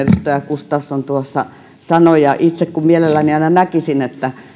gustafsson tuossa sanoi itse mielelläni aina näkisin että